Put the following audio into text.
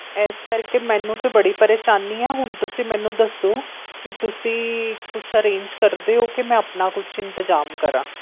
ਇਸ ਕਰਕੇ ਮੈਨੂੰ ਤਾਂ ਬੜੀ ਪਰੇਸ਼ਾਨੀ ਹੈ ਹੁਣ ਤੁਸੀਂ ਮੈਨੂੰ ਦੱਸੋ ਕਿ ਤੁਸੀਂ ਕੁਛ ਅਰੇਂਜ ਕਰਦੇ ਹੋ ਕਿ ਮੈਂ ਆਪਣਾ ਕੁਛ ਇੰਤਜ਼ਾਮ ਕਰਾਂ